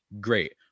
great